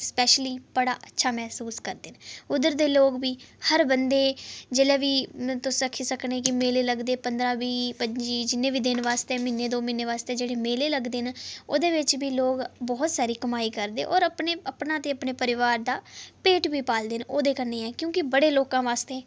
specially बड़ा अच्छा मसूस करदे न उद्धर दे लोक बी हर बंदे जेल्लै बी तुस आक्खी सकने कि मेले लगदे पंदरां बीह् पं'जी जिन्ने बी दिन आस्तै म्हीने दो म्हीने आस्तै जेह्ड़े मेले लगदे न ओह्दे बिच बी लोक बहुत सारी कमाई करदे और अपने ते अपने परोआर दा पेट बी पालदे न ओह्दे कन्नै केह् ऐ कि क्योंकि बड़े लोकें आस्तै